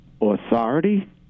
authority